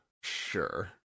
Sure